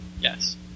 Yes